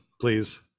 please